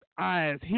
eyes